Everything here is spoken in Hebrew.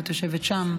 אלא את יושבת שם.